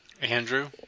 Andrew